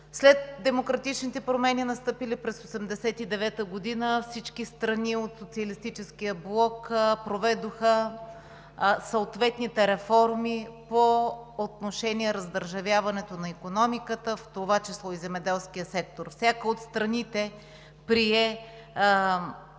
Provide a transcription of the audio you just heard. След демократичните промени, настъпили през 1989 г., всички страни от социалистическия блок проведоха съответни реформи по отношение раздържавяването на икономиката, в това число и земеделският сектор. Всяка от страните прие